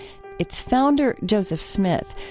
its founder, joseph smith,